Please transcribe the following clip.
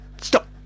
stop